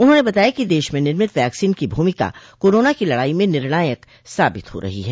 उन्होंने बताया कि देश में निर्मित वैक्सीन की भूमिका कोरोना की लड़ाई म निर्णायक साबित हो रही है